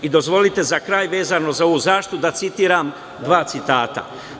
Dozvolite za kraj, vezano za ovu zaštitu, da citiram dva citata.